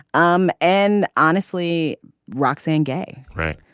um and honestly roxane gay right.